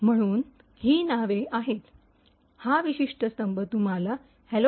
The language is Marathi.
म्हणून ही नावे आहेत हा विशिष्ट स्तंभ तुम्हाला हॅलो